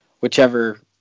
whichever